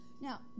Now